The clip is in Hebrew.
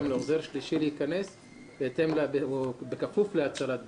לעוזר שלישי להיכנס בכפוף להצהרת בריאות.